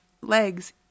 legs